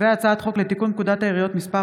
הצעת חוק לתיקון פקודת העיריות (מס'